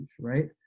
right